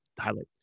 highlight